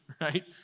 right